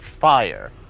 fire